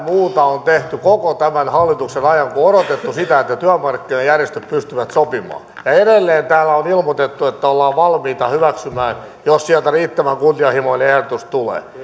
muuta on tehty koko tämän hallituskauden ajan kuin odotettu sitä että työmarkkinajärjestöt pystyvät sopimaan ja ja edelleen täällä on ilmoitettu että ollaan valmiita hyväksymään jos sieltä riittävän kunnianhimoinen ehdotus tulee